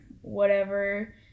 whatever-